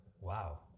Wow